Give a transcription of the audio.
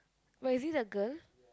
wait is it a girl